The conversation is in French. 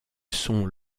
sont